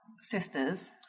sisters